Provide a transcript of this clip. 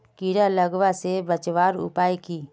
कीड़ा लगवा से बचवार उपाय की छे?